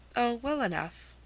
oh, well enough.